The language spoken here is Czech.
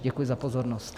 Děkuji za pozornost.